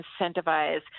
incentivize